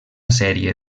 sèrie